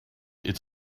its